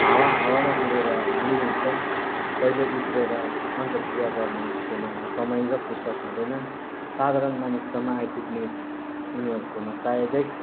हावा हावामा उडेर हिँडि हिँड्छन् कहिल्यै उत्रेर अन्तर्रक्रिया गर्ने उसकोमा समय र फुर्सद हुँदैन साधारण मानिससम्म आइपुग्ने उनीहरूकोमा सायदै